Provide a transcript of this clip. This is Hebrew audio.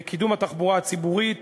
קידום התחבורה הציבורית